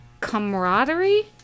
camaraderie